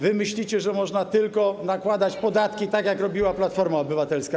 Wy myślicie, że można tylko nakładać podatki, tak jak robiła Platforma Obywatelska.